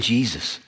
Jesus